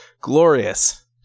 Glorious